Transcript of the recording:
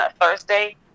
Thursday